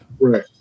Right